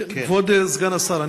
כבוד סגן השר,